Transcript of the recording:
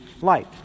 light